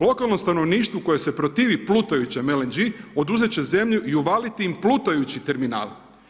Lokalnom stanovništvu koje se protivi plutajućem LNG oduzet će zemlju i uvaliti im plutajući terminal.